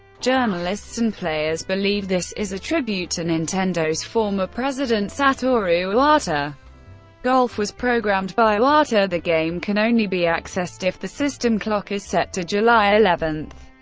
journalists and players believe this is a tribute to nintendo's former president satoru iwata golf was programmed by iwata, the game can only be accessed if the system clock is set to july eleven,